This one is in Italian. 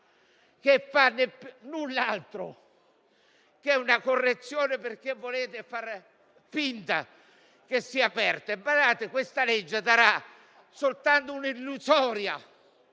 che altro non è che una correzione, perché volete fare finta che sia aperta. Badate, questa legge darà soltanto un'illusoria